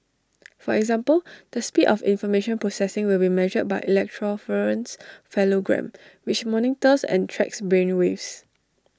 for example the speed of information processing will be measured by electroencephalogram which monitors and tracks brain waves